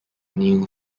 neil